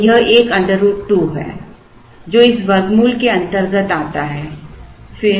तो एक √2 है जो इस वर्गमूल के अंतर्गत आता है